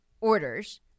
Orders